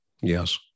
yes